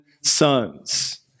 sons